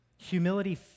Humility